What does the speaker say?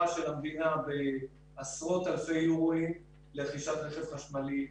של המדינה בעשרות אלפי יורו לרכישת רכב חשמלי,